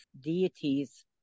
deities